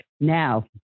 Now